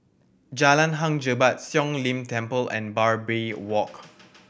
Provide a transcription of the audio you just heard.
Jalan Hang Jebat Siong Lim Temple and Barbary Walk